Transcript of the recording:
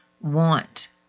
want